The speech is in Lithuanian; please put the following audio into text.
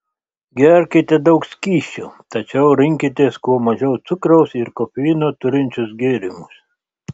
gerkite daug skysčių tačiau rinkitės kuo mažiau cukraus ir kofeino turinčius gėrimus